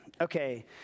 Okay